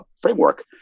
framework